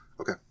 Okay